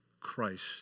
Christ